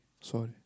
Sorry